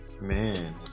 man